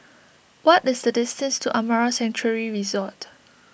what is the distance to Amara Sanctuary Resort